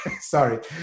Sorry